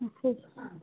ਅੱਛਾ ਜੀ